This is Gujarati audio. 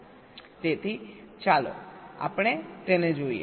તેથી ચાલો આપણે તેને જોઈએ